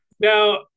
Now